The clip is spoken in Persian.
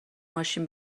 ماشین